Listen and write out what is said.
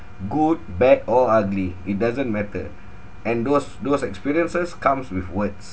good bad or ugly it doesn't matter and those those experiences comes with words